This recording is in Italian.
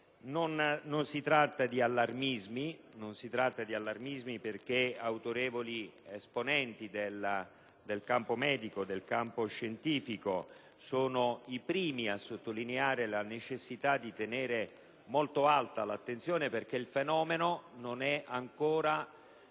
Non si tratta di allarmismi, perché autorevoli esponenti del campo medico e scientifico sono i primi a sottolineare la necessità di tenere molto alta l'attenzione, in quanto il fenomeno non è ancora